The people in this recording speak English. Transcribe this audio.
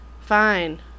fine